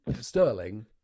sterling